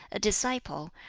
a disciple,